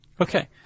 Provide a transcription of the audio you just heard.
Okay